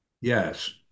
Yes